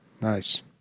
Nice